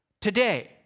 Today